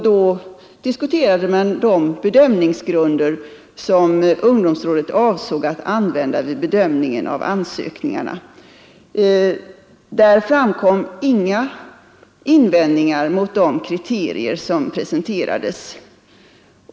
Då diskuterade man de bedömningsgrunder som ungdomsrådet avsåg att använda vid bedömningen av ansökningarna. Där framkom inga invändningar mot de kriterier som presenterades.